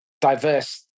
diverse